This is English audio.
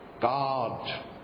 God